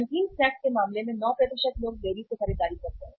नमकीन स्नैक्स के मामले में 9 लोग देरी से खरीदारी करते हैं